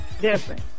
different